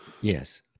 Yes